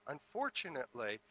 Unfortunately